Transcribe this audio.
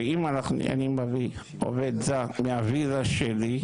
שאם אני מביא עובד זר מהוויזה שלי,